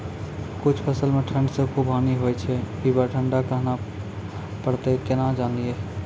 कुछ फसल मे ठंड से खूब हानि होय छैय ई बार ठंडा कहना परतै केना जानये?